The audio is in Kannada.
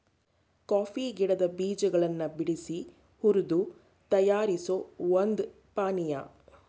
ಕಾಫಿ ಗಿಡದ್ ಬೀಜಗಳನ್ ಬಿಡ್ಸಿ ಹುರ್ದು ತಯಾರಿಸೋ ಒಂದ್ ಪಾನಿಯಾ